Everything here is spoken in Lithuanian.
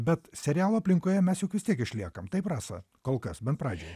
bet serialo aplinkoje mes juk vis tiek išliekam taip rasa kol kas bent pradžioj